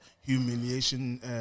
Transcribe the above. humiliation